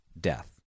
death